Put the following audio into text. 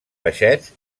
peixets